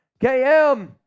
KM